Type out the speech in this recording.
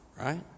right